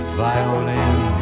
violin